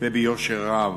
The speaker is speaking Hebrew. וביושר רב.